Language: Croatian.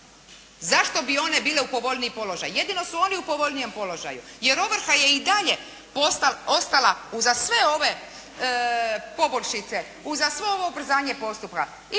Zašto bi one bile u povoljnijem položaju? Jedino su oni u povoljnijem položaju, jer ovrha je i dalje ostala uza sve ove poboljšice, uza sve ovo ubrzanje postupka.